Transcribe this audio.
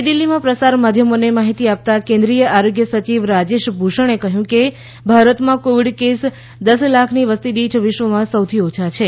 નવી દિલ્ફીમાં પ્રસાર માધ્યમોને માહિતી આપતાં કેન્દ્રીય આરોગ્ય સચિવ રાજેશ ભૂષણે કહ્યું કે ભારતમાં કોવિડ કેસ દસ લાખની વસતિ દીઠ વિશ્વમાં સૌથી ઓછા છે